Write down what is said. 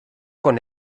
con